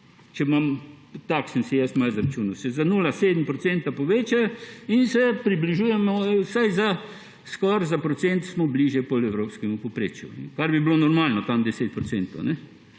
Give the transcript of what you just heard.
Tako sem si jaz malo zračunal. Se za 0,7 % poveča in se približujemo, skoraj za procent smo bližje potem evropskemu povprečju, kar bi bilo normalno, okoli 10 %.